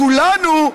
כולנו,